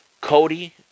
Cody